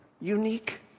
unique